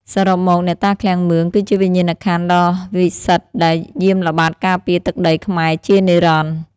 សរុបមក អ្នកតាឃ្លាំងមឿង គឺជាវិញ្ញាណក្ខន្ធដ៏វិសិទ្ធដែលយាមល្បាតការពារទឹកដីខ្មែរជានិរន្តរ៍។